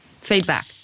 feedback